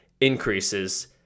increases